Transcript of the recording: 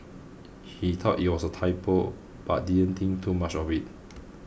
he thought it was a typo but didn't think too much of it